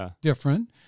different